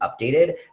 updated